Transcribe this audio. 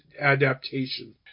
adaptation